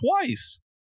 twice